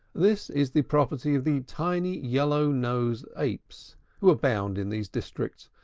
this is the property of the tiny, yellow-nosed apes who abound in these districts,